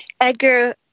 Edgar